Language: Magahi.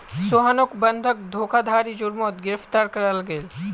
सोहानोक बंधक धोकधारी जुर्मोत गिरफ्तार कराल गेल